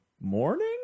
morning